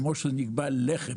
כמו שנקבע הלחם.